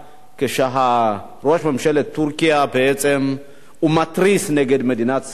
כשראש ממשלת טורקיה בעצם מתריס נגד מדינת ישראל.